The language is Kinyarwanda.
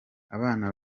abana